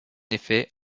effet